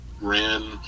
ran